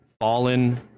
fallen